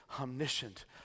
omniscient